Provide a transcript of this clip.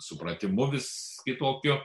supratimu vis kitokiu